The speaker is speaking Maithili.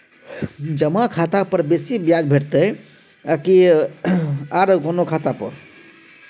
जमा खाता पर बेसी ब्याज भेटितै आकि आर कोनो खाता पर?